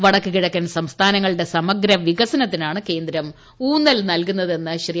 വടക്കു കിഴക്കൻ സംസ്ഥാനങ്ങളുടെ സമഗ്രവികസനത്തിനാണ് കേന്ദ്രം ഊന്നൽ നല്കുന്നതെന്ന് ശ്രീ